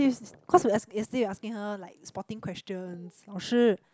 is cause yesterday yesterday you asking her like spotting questions 老师